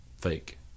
fake